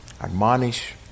Admonish